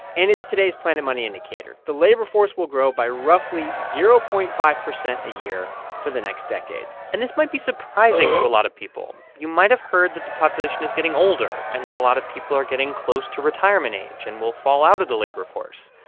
and it's today's planet money indicator the labor force will grow by roughly zero point five zero a year for the next decade and this might be surprising to a lot of people. you might have heard that the population is getting older and that a lot of people are getting close to retirement age and will fall out of the labor force.